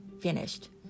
finished